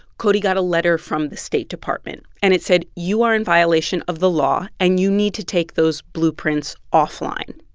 cody got a letter from the state department, and it said, you are in violation of the law, and you need to take those blueprints offline.